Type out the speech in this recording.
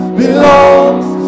belongs